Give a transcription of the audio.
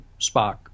spock